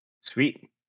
Sweet